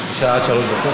יש סרבני גט